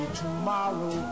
tomorrow